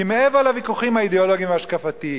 כי מעבר לוויכוחים האידיאולוגיים וההשקפתיים,